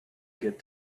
get